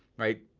right,